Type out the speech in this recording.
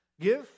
Give